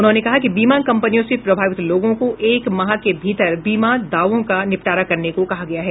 उन्होंने कहा कि बीमा कंपनियों से प्रभावित लोगों को एक माह के भीतर बीमा दावों का निपटारा करने को कहा गया है